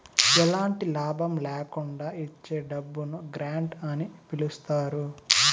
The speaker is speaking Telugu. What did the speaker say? ఎలాంటి లాభం ల్యాకుండా ఇచ్చే డబ్బును గ్రాంట్ అని పిలుత్తారు